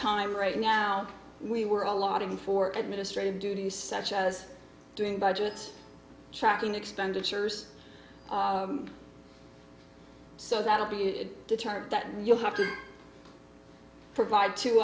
time right now we were a lot even for administrative duties such as doing budgets tracking expenditures so that will be a deterrent that you'll have to provide to